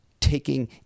taking